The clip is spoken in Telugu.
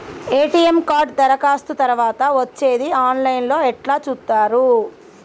ఎ.టి.ఎమ్ కార్డు దరఖాస్తు తరువాత వచ్చేది ఆన్ లైన్ లో ఎట్ల చూత్తరు?